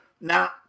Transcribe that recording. Now